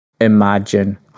imagine